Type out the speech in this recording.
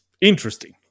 interesting